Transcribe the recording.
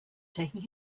taking